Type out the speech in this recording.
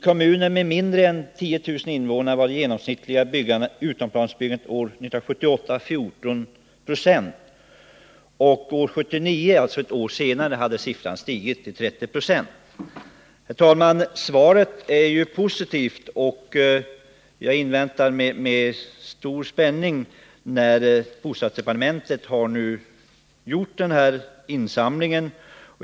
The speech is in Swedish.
I kommuner med mindre än 10 000 invånare var det genomsnittliga utomplansbyggandet år 1978 ungefär 14 Zo. År 1979, alltså ett år senare, hade utomplansbyggandets andel stigit till över 30 90. Herr talman! Svaret är ju positivt, och jag inväntar med stor spänning de uppgifter som bostadsdepartementet nu håller på att samla in.